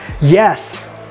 Yes